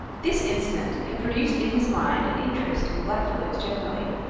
this incident had produced in his mind an interest in blackfellows generally,